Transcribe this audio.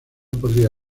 podría